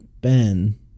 Ben